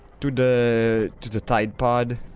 to the. to the tide pod.